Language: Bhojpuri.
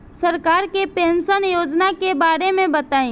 सरकार के पेंशन योजना के बारे में बताईं?